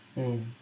mm